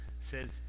says